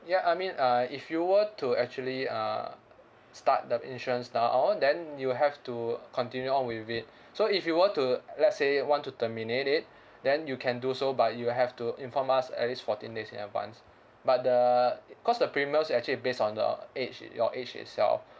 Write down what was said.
ya I mean uh if you were to actually uh start the insurance now then you have to continue on with it so if you were to let's say want to terminate it then you can do so but you have to inform us at least fourteen days in advance but the i~ cause the premium is actually based on the age i~ your age itself